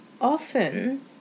often